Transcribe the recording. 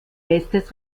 bestes